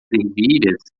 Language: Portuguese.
ervilhas